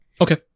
Okay